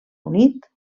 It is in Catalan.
unit